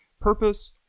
Purpose